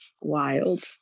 wild